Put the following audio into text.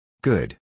Good